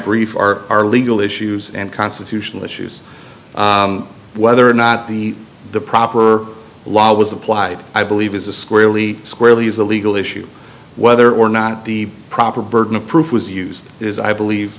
brief are are legal issues and constitutional issues whether or not the the proper law was applied i believe is a squarely squarely is a legal issue whether or not the proper burden of proof was used is i believe